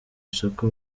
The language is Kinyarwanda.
isoko